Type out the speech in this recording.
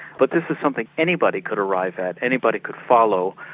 but this is something anybody could arrive at, anybody could follow,